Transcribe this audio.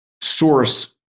source